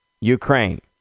Ukraine